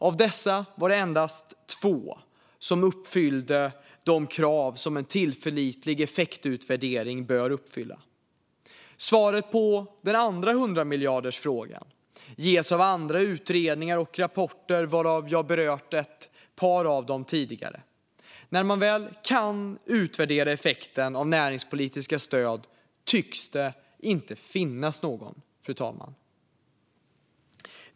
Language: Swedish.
Av dessa var det endast två som uppfyllde de krav som en tillförlitlig effektutvärdering bör uppfylla. Svaret på den andra 100-miljardersfrågan ges av andra utredningar och rapporter varav jag berört ett par tidigare. När man väl kan utvärdera effekten av näringspolitiska stöd tycks det inte finnas någon, fru talman.